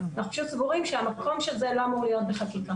אנחנו סבורים שהמקום של זה לא אמור להיות בחקיקה.